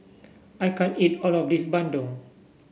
I can't eat all of this Bandung